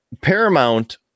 Paramount